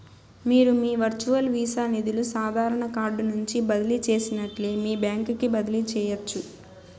మీరు మీ virtual Visa నిదులు సాదారన కార్డు నుంచి బదిలీ చేసినట్లే మీ బాంక్ కి బదిలీ చేయచ్చు